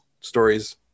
stories